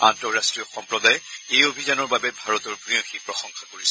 আন্তঃৰাষ্ট্ৰীয় সম্প্ৰদায়ে এই অভিযানৰ বাবে ভাৰতৰ ভূয়সী প্ৰসংশা কৰিছে